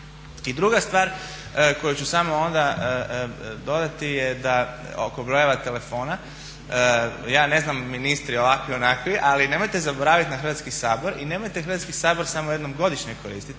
I druga stvar koju ću samo onda dodati je da oko brojeva telefona. Ja ne znam ministri ovakvi onakvi, ali nemojte zaboraviti na Hrvatski sabor i nemojte Hrvatski sabor samo jednom godišnje koristiti.